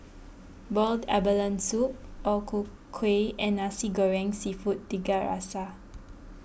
Boiled Abalone Soup O Ku Kueh and Nasi Goreng Seafood Tiga Rasa